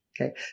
Okay